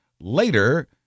Later